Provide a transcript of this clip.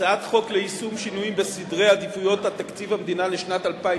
הצעת חוק ליישום שינויים בסדרי עדיפויות בתקציב המדינה לשנת 2012